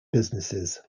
businesses